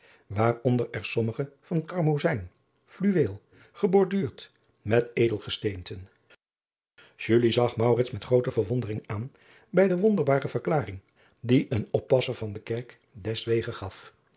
waaronder er sommigen van karmozijn fluweel geborduurd met edele gesteenten zag met groote verwondering aan bij de wonderbare verklaring die een oppasser van de kerk deswegens gaf